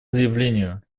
заявлению